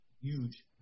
huge